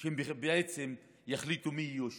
הם בעצם יחליטו מי יהיו השופטים.